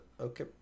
okay